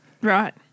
Right